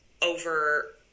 over